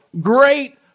great